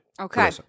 okay